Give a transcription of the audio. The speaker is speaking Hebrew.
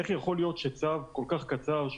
איך יכול להיות שצו כל-כך קצר,